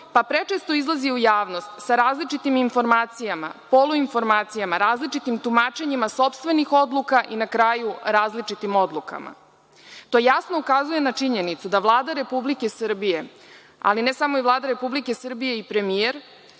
pa prečesto izlazi u javnost sa različitim informacijama, poluinformacijama, različitim tumačenjima sopstvenih odluka i na kraju različitim odlukama, to jasno ukazuje na činjenicu da Vlada Republike Srbije, ali ne samo Vlada Republike Srbije, i premijer,